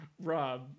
Rob